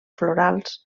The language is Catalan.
florals